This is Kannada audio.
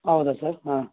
ಹೌದಾ ಸರ್ ಹಾಂ